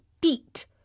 beat